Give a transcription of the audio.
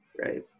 right